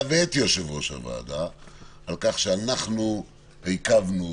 ואת יושב-ראש הוועדה על כך שאנחנו עיכבנו,